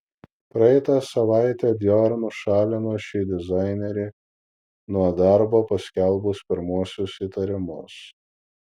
praeitą savaitę dior nušalino šį dizainerį nuo darbo paskelbus pirmuosius įtarimus